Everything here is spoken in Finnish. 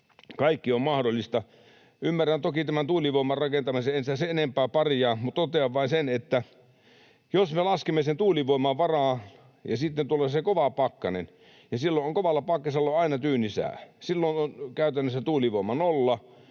Kaikki on mahdollista. Ymmärrän toki tämän tuulivoiman rakentamisen, en sitä sen enempää parjaa, mutta totean vain sen, että jos me laskemme tuulivoiman varaan ja sitten tulee kova pakkanen, niin kun kovalla pakkasella on aina tyyni sää, silloin on käytännössä tuulivoima nolla,